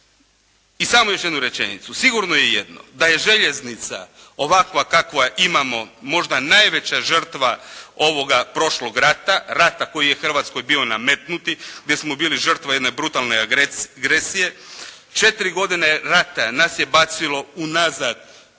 I samo još jednu rečenicu. Sigurno je jedno, da je željeznica ovakva kakvu imamo, možda najveća žrtva ovoga prošlog rata, rata koji je Hrvatskoj bio nametnuti, gdje smo bili žrtve jedne brutalne agresije. Četiri godine rata nas je bacilo unazad